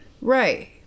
right